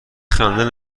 خنده